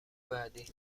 بعدی